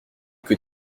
que